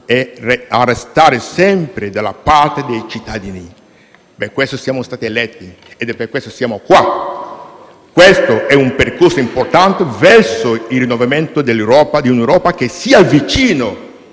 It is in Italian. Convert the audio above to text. e a restare sempre dalla parte dei cittadini. È per questo che siamo stati eletti ed è per questo che siamo qua. È un percorso importante verso il rinnovamento di un'Europa che sia vicina